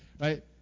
Right